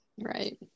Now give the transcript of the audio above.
right